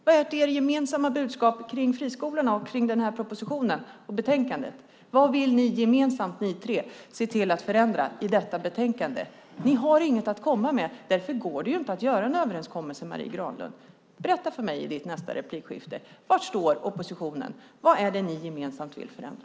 Vad är ert gemensamma budskap när det gäller friskolorna, propositionen och betänkandet? Vad vill ni tre gemensamt se till att förändra i detta betänkande? Ni har inget att komma med. Därför går det ju inte att göra en överenskommelse, Marie Granlund! Berätta för mig i din nästa replik var oppositionen står! Vad är det ni gemensamt vill förändra?